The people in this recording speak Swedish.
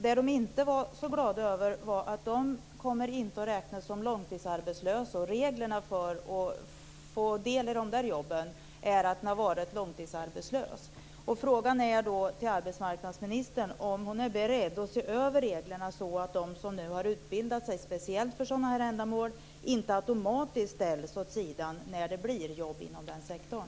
Det de inte var så glada över var att de inte kommer att räknas som långtidsarbetslösa. Och reglerna för att få del av de där jobben är att man har varit långtidsarbetslös. Frågan till arbetsmarknadsministern blir då: Är arbetsmarknadsministern beredd att se över reglerna så att de som nu har utbildat sig speciellt för sådana här ändamål inte automatiskt ställs åt sidan när det blir jobb inom den sektorn?